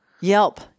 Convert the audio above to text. Yelp